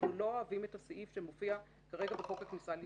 אנחנו לא אוהבים את הסעיף שמופיע כרגע בחוק הכניסה לישראל.